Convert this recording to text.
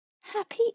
happy